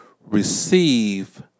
Receive